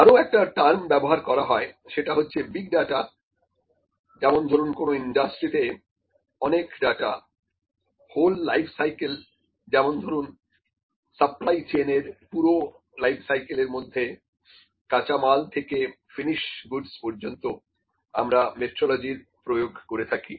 আরও একটা টার্ম ব্যবহার করা হয় সেটা হচ্ছে বিগ ডাটা যেমন ধরুন কোন ইন্ডাস্ট্রিতে অনেক ডাটা হোল লাইফ সাইকেল যেমন ধরুন সাপ্লাই চেইন এর পুরো লাইফ সাইকেলের মধ্যে কাঁচামাল থেকে ফিনিশড গুডস পর্যন্ত আমরা মেট্রলজির প্রয়োগ করে থাকি